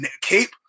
Cape